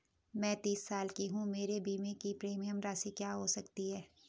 मैं तीस साल की हूँ मेरे बीमे की प्रीमियम राशि क्या हो सकती है?